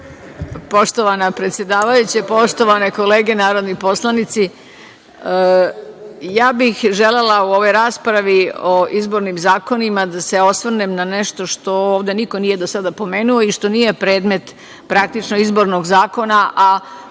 Poštovana predsedavajuća, poštovane kolege narodni poslanici, ja bih želela u ovoj raspravi o izbornim zakonima da se osvrnem na nešto što ovde niko nije do sada pomenuo i što nije predmet praktično izbornog zakona, a